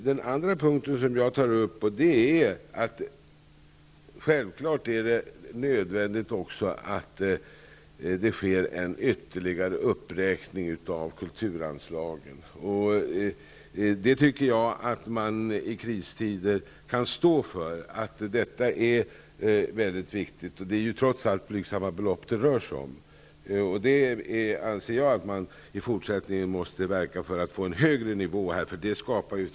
Den andra punkten som jag tar upp är att det självfallet också är nödvändigt med ytterligare uppräkning av kulturanslagen. Jag tycker att man i kristider kan stå för att det är väldigt viktigt, och det är trots allt blygsamma belopp det rör sig om. Jag anser att det är nödvändigt att i fortsättningen verka för en högre nivå.